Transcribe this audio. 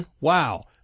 Wow